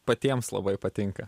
patiems labai patinka